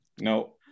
no